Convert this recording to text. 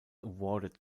awarded